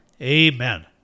Amen